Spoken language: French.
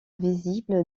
visible